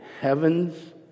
heavens